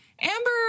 Amber